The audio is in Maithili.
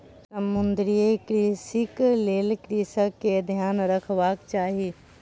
समुद्रीय कृषिक लेल कृषक के ध्यान रखबाक चाही